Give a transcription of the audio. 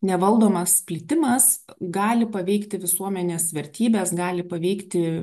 nevaldomas plitimas gali paveikti visuomenės vertybes gali paveikti